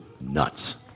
nuts